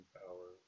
power